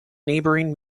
neighboring